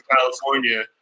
california